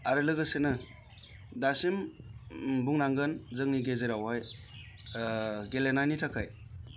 आरो लोगोसेनो दासिम बुंनांगोन जोंनि गेजेरावहाय गेलेनायनि थाखाय